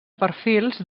perfils